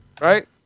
Right